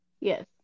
Yes